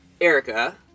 Erica